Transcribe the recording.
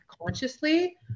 consciously